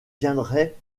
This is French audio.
viendrait